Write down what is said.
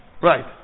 Right